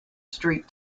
street